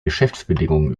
geschäftsbedingungen